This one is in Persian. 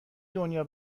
دنیا